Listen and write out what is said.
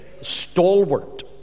stalwart